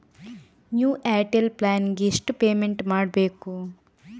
New Airtel plan ಗೆ ಎಷ್ಟು payment ಮಾಡ್ಬೇಕು?